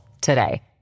today